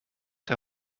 der